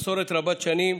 מסורת רבת-שנים.